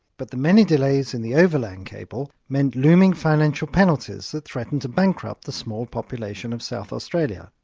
but the many delays in the overland cable meant looming financial penalties that threatened to bankrupt the small population of south australia.